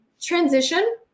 transition